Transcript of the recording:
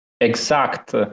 exact